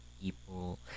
people